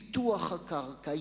פיתוח הקרקע,